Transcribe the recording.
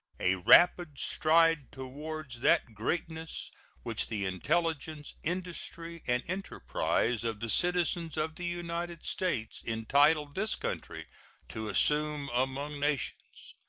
a rapid stride toward that greatness which the intelligence, industry, and enterprise of the citizens of the united states entitle this country to assume among nations.